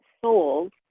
sold